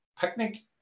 picnic